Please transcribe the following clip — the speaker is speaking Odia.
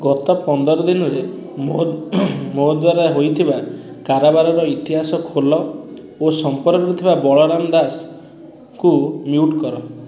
ଗତ ପନ୍ଦର ଦିନରେ ମୋ ଦ୍ୱାରା ହୋଇଥିବା କାରବାରର ଇତିହାସ ଖୋଲ ଓ ସମ୍ପର୍କରେ ଥିବା ବଳରାମ ଦାସଙ୍କୁ ମ୍ୟୁଟ୍ କର